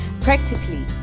practically